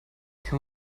kann